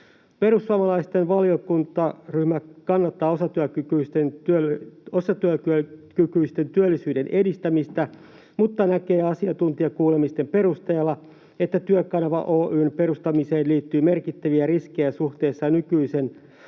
Perussuomalaisten valiokuntaryhmä kannattaa osatyökykyisten työllisyyden edistämistä mutta näkee asiantuntijakuulemisten perusteella, että Työkanava Oy:n perustamiseen liittyy merkittäviä riskejä suhteessa nykyisen